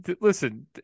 listen